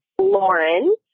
Lauren